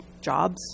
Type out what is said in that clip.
jobs